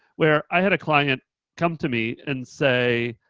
where i had a client come to me and say,